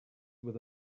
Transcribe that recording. with